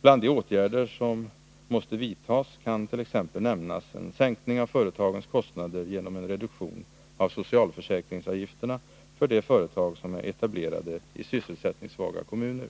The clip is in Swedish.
Bland de åtgärder som måste vidtas kan t.ex. nämnas en sänkning av företagens kostnader genom en reduktion av socialförsäkringsavgifterna för de företag som är etablerade i sysselsättningssvaga kommuner.